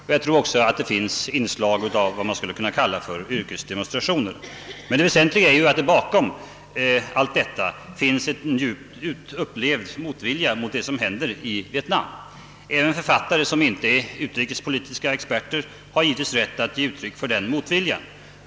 Och jag tror att det också finns inslag av vad man skulle kunna kalla yrkesdemonstrationer, Det väsentliga är emellertid att det bakom allt detta finns en starkt upplevd motvilja mot vad som händer i Vietnam. Även författare som inte är utrikespolitiska experter har givetvis rätt att ge uttryck för den motviljan.